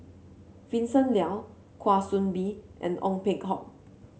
Vincent Leow Kwa Soon Bee and Ong Peng Hock